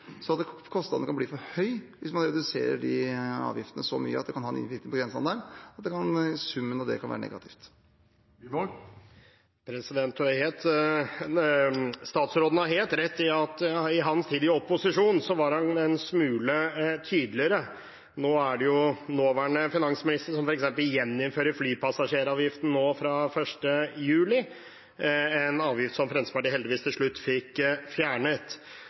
så kostnadene kan bli for høye hvis man reduserer de avgiftene så mye at det kan ha innvirkning på grensehandelen. Summen av det kan bli negativ. Statsråden har helt rett i at han var en smule tydeligere da han var i opposisjon. Nåværende finansminister gjeninnfører f.eks. flypassasjeravgiften fra 1. juli – en avgift som Fremskrittspartiet heldigvis fikk fjernet til slutt.